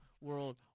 world